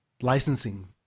licensing